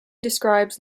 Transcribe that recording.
describes